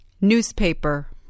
Newspaper